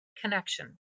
Connection